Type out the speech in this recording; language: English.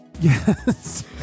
yes